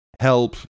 help